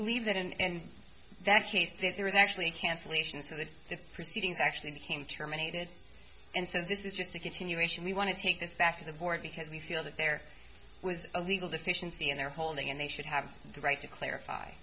believe that and that case that there is actually a cancellation so that if proceedings actually became terminated and so this is just a continuation we want to take this back to the board because we feel that there was a legal deficiency in their holding and they should have the right to clarify